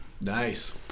Nice